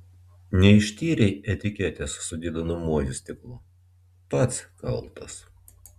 neištyrei etiketės su didinamuoju stiklu pats kaltas